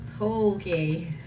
okay